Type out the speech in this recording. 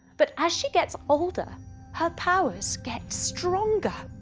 but as she gets older her powers get stronger,